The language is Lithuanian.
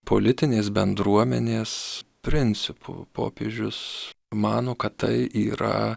politinės bendruomenės principu popiežius mano kad tai yra